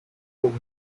con